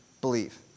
believe